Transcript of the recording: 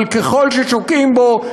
אבל ככל ששוקעים בו,